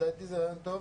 לדעתי זה רעיון טוב.